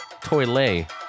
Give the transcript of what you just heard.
toilet